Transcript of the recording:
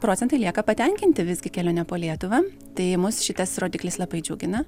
procentai lieka patenkinti visgi kelione po lietuvą tai mus šitas rodiklis labai džiugina